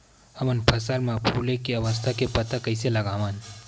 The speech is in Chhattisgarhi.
हमन फसल मा फुले के अवस्था के पता कइसे लगावन?